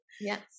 Yes